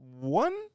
one